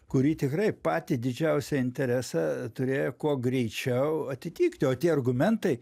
kuri tikrai patį didžiausią interesą turėjo kuo greičiau atitikti o tie argumentai